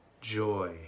Joy